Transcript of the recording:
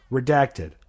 Redacted